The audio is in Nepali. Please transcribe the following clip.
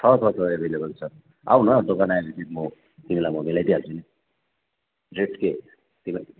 छ छ छ एभाइलेबल छ आऊ न दोकान आएपछि म तिमीलाई म मिलाइदिइहाल्छु नि जेट के